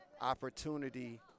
opportunity